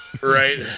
Right